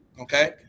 okay